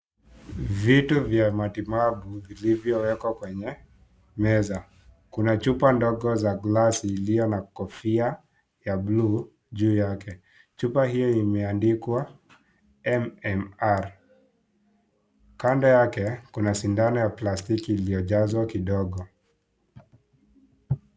Vitu vya matibabu vilivyo wekwa kwenye meza, kuna chupa ndogo za glasi iliyo na kofia ya bluu juu yake. Chupa hiyo imeandikwa MMR, kando yake kuna sindano ya plastiki iliyojazwa kidogo.